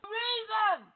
reason